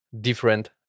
different